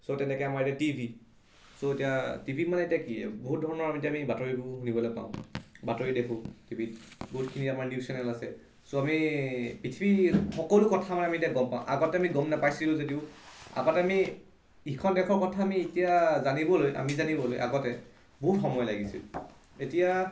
চ' তেনেকৈ আমাৰ এতিয়া টি ভি চ' এতিয়া টি ভিত মানে এতিয়া কি বহুত ধৰণৰ আমি এতিয়া আমি বাতৰিবোৰ শুনিবলৈ পাওঁ বাতৰি দেখোঁ টি ভিত বহুতখিনি আমাৰ নিউজ চেনেল আছে চ' আমি পৃথিৱীৰ সকলো কথা আমাৰ আমি এতিয়া গম পাওঁ আগতে আমি গম নাপাইছিলোঁ যদিও আগতে আমি ইখন দেশৰ কথা আমি এতিয়া জানিবলৈ আমি জানিবলৈ আগতে বহুত সময় লাগিছিল এতিয়া